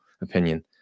opinion